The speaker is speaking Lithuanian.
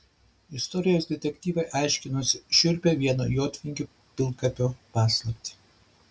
istorijos detektyvai aiškinosi šiurpią vieno jotvingių pilkapio paslaptį